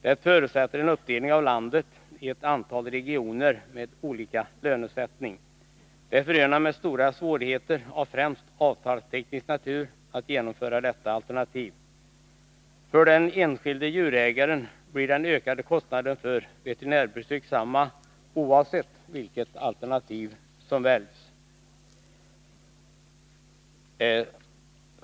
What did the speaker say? Det förutsätter en uppdelning av landet i ett antal regioner med olika lönesättning. Det är förenat med stora svårigheter av främst avtalsteknisk natur att genomföra detta alternativ. För den enskilde djurägaren blir den ökade kostnaden för veterinärbesök densamma, oavsett vilket alternativ som väljs.